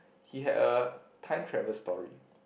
he had a time travel story